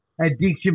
addiction